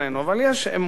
אבל יש אמונה,